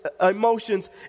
emotions